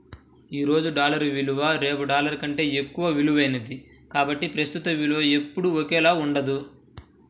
ఈ రోజు డాలర్ విలువ రేపు డాలర్ కంటే ఎక్కువ విలువైనది కాబట్టి ప్రస్తుత విలువ ఎప్పుడూ ఒకేలా ఉండదు